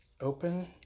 open